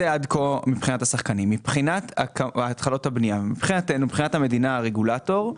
מבחינת התחלות הבנייה, מבחינת המדינה, הרגולטור,